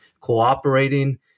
cooperating